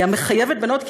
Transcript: המחייבת בנות,